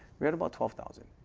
got about twelve thousand.